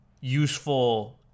useful